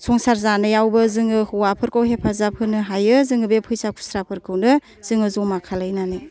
संसार जानायावबो जोङो हौवाफोरखौ हेफाजाब होनो हायो जोङो बे फैसा खुस्राफोरखौनो जोङो ज'मा खालायनानै